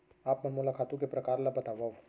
आप मन मोला खातू के प्रकार ल बतावव?